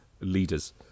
leaders